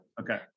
Okay